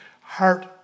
heart